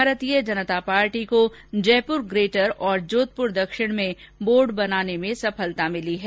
भारतीय जनता पार्टी को जयपुर ग्रेटर और जोधपुर दक्षिण में बोर्ड बनाने में सफलता मिली है